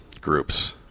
groups